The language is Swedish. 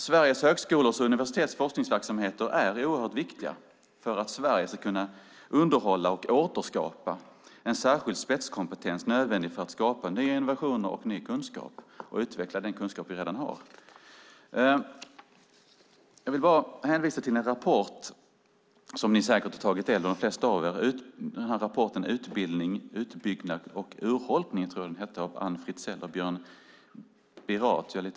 Sverige högskolors och universitets forskningsverksamheter är oerhört viktiga för att Sverige ska kunna underhålla och återskapa en särskild spetskompetens som är nödvändig för att skapa nya innovationer och ny kunskap och utveckla den kunskap vi redan har. Jag vill hänvisa till en rapport som de flesta av er säkert har tagit del av, Utbildning - utbyggnad - urholkning av Ann Fritzell och Björn Birath.